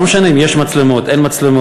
לא משנה אם יש מצלמות, אין מצלמות.